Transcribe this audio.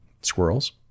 Squirrels